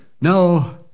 No